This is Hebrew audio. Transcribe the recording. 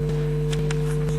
אבל בינתיים,